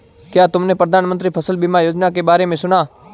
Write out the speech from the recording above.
क्या तुमने प्रधानमंत्री फसल बीमा योजना के बारे में सुना?